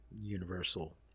universal